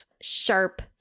sharp